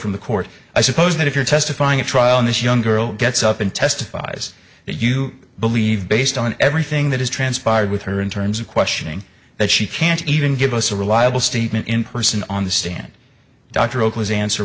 from the court i suppose that if you're testifying at trial this young girl gets up and testifies that you believe based on everything that has transpired with her in terms of questioning that she can't even give us a reliable statement in person on the stand dr oakley's answer